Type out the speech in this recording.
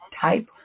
type